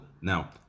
Now